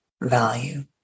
value